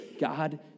God